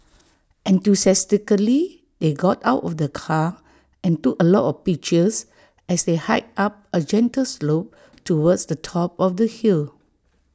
enthusiastically they got out of the car and took A lot of pictures as they hiked up A gentle slope towards the top of the hill